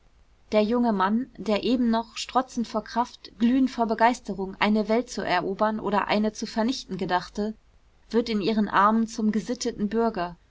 der junge mann der eben noch strotzend von kraft glühend von begeisterung eine welt zu erobern oder eine zu vernichten gedachte wird in ihren armen zum gesitteten bürger